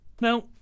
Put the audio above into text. Now